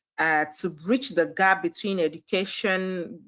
to bridge the gap between education,